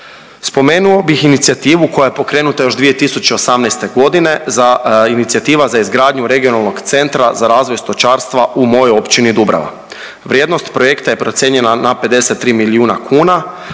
Spomenuo bih inicijativu koja je pokrenuta još 2018.g. za, Inicijativa za izgradnju regionalnog centra za razvoj stočarstva u mojoj Općini Dubrava. Vrijednost projekta je procijenjena na 53 milijuna kuna,